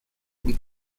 und